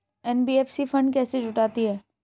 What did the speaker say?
NBFC fund कैसे जुटाती है?